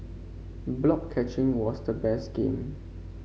block catching was the best game